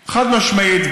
חד-משמעית.